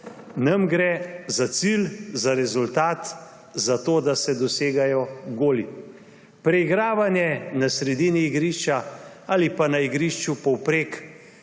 Nam gre za cilj, za rezultat, za to, da se dosegajo goli. Preigravanje na sredini igrišča ali pa na igrišču povprek